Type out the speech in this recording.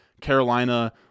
Carolina